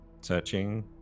Searching